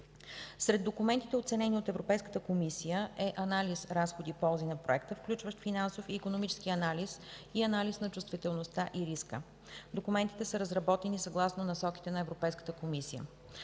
Сред документите, оценени от Европейската комисия е „Анализ – разходи и ползи на Проекта”, включващ финансов и икономически анализ и анализ на чувствителността и риска. Документите са разработени съгласно насоките на Европейската комисия.